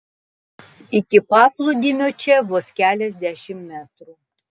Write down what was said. iki paplūdimio čia vos keliasdešimt metrų